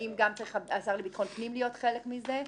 האם גם השר לביטחון פנים צריך להיות חלק מזה,